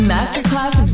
Masterclass